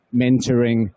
mentoring